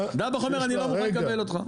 דבאח אומר אני לא מוכן לקבל אותך.